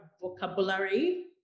vocabulary